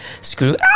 screw